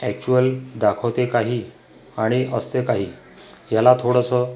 actual दाखवते काही आणि असते काही याला थोडंसं